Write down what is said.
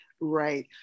Right